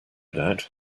doubt